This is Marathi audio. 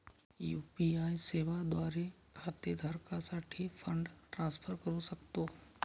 यू.पी.आय सेवा द्वारे खाते धारकासाठी फंड ट्रान्सफर करू शकतो